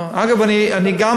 אגב, אני גם,